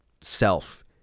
self